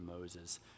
Moses